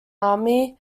army